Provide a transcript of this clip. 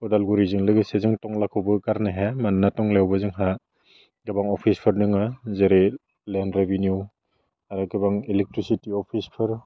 उदालगुरिजों लोगोसे जोंनि टंलाखौबो गारनो हाया मानोना टंलायावबो जोंहा गोबां अफिसफोर दङो जेरै लेन्ड रिभिनिउ आरो गोबां इलेकट्रिसिटि अफिसफोर